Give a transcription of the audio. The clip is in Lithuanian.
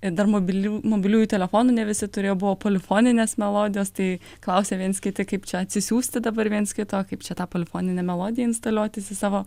ir dar mobilių mobiliųjų telefonų ne visi turėjo buvo polifoninės melodijos tai klausė viens kiti kaip čia atsisiųsti dabar viens kito kaip čia tą polifoninę melodiją instaliuotis į savo